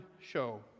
show